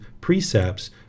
precepts